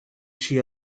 she